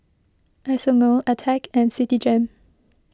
Isomil Attack and Citigem